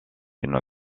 une